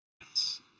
yes